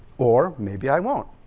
or maybe i won't.